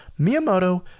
Miyamoto